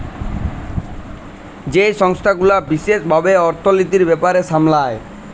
যেই সংস্থা গুলা বিশেস ভাবে অর্থলিতির ব্যাপার সামলায়